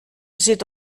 zit